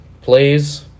Please